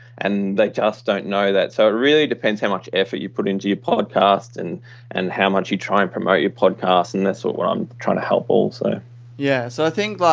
and they just don't know that. so, it really depends how much effort you put into your podcast and and how much you try and promote your podcast and that's what what i'm trying to help also. ryan yeah. so, i think, like